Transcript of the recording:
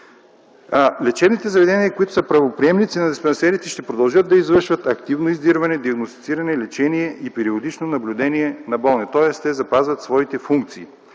Лечебните заведения, които са правоприемници на диспансерите ще продължат да извършват активно издирване, диагностициране, лечение и периодично наблюдение на болни, тоест те запазват своите функции.